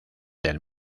del